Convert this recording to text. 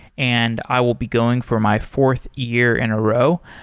and i will be going for my fourth year in a row.